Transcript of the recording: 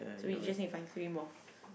so we just need to find three more